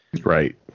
Right